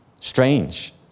Strange